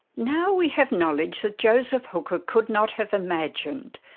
now we have knowledge that joseph hooker could not have imagined,